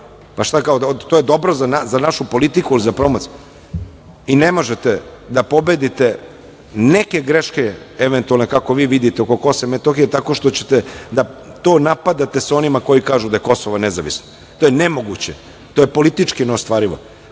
Pa, šta, kao to je dobro za nas, za našu politiku, za promociju? Ne možete da pobedite neke greške eventualne, kako vi vidite, oko Kosova i Metohije tako što ćete da to napadate sa onima koji kažu da je Kosovo nezavisno. To je nemoguće. To je politički neostvarivo.